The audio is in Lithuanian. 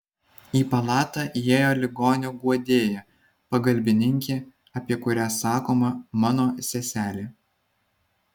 į palatą įėjo ligonio guodėja pagalbininkė apie kurią sakoma mano seselė